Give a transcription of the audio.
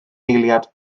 eiliad